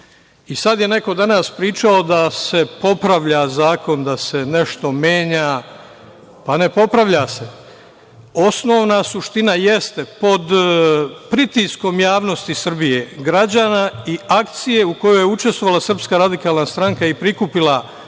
Srbije. Neko je danas pričao da se popravlja zakon, da se nešto menja, a ne popravlja se. Osnovna suština jeste pod pritiskom javnosti Srbije, građana i akcije u kojoj je učestvovala SRS i prikupila preko